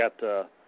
got –